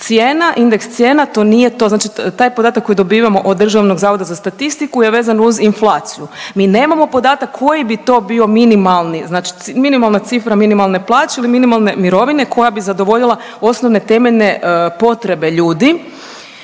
cijena, indeks cijena to nije to, znači daj podatak koji dobivamo od DZS-a je vezan uz inflaciju. Mi nemamo podatak koji bi to bio minimalni, znači minimalna cifra minimalne plaće ili minimalne mirovine koja bi zadovoljila osnovne temeljne potrebe ljudi